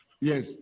Yes